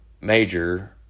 major